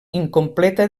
incompleta